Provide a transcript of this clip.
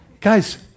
guys